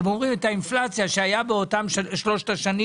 הם אומרים את האינפלציה שהיה באותן שלושת השנים